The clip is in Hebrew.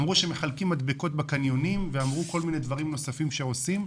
אמרו שמחלקים מדבקות בקניונים ואמרו כל מיני דברים נוספים שעושים.